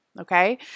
okay